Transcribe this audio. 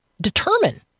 determine